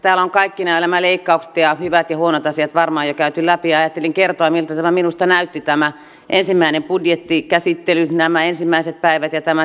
täällä on kaikki nämä leikkaukset ja hyvät ja huonot asiat varmaan jo käyty läpi ja ajattelin kertoa miltä minusta näytti tämä ensimmäinen budjettikäsittely nämä ensimmäiset päivät ja tämän tiedonannon käsittely